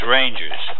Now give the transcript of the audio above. Rangers